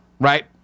right